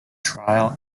trial